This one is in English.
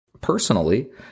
Personally